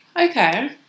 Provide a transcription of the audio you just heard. Okay